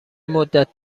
مدت